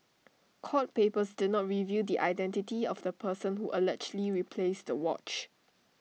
court papers did not reveal the identity of the person who allegedly replaced the watch